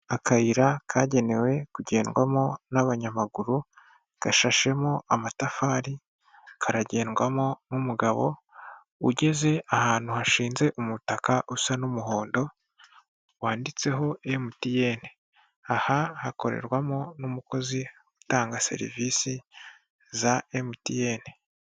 Akayira kagenewe kugendwamo n'abanyamaguru gashashemo amatafari, karagendwamo n'umugabo ugeze ahantu hashinze umutaka usa n'umuhondo, wanditseho MTN, aha hakorerwamo n'umukozi utanga serivisi za MTN.